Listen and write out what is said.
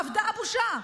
אבדה הבושה.